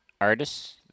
artists